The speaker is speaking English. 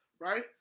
right